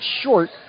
short